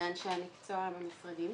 ואנשי המקצוע במשרדים.